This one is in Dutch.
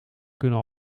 kunnen